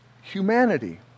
humanity